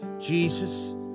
Jesus